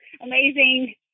amazing